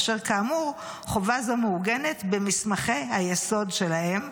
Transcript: אשר כאמור חובה זו מעוגנת במסמכי היסוד שלהן.